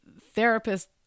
therapist